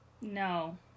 No